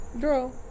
Girl